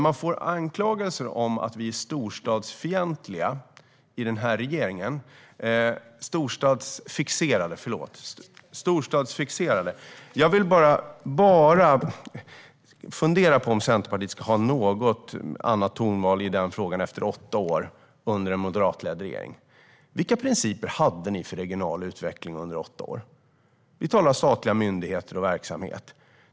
Vi får anklagelser om att vi i regeringen är storstadsfixerade. Fundera på om Centerpartiet ska ha ett något annat tonval i den frågan efter åtta år under en moderatledd regering. Vilka principer hade ni för regional utveckling under åtta år? Vi talar om statliga myndigheter och statlig verksamhet.